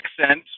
accent